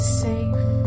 safe